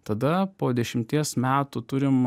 tada po dešimties metų turim